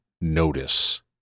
notice